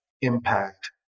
impact